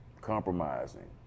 compromising